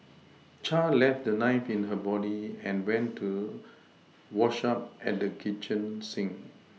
Char left the knife in her body and went to wash up at the kitchen sink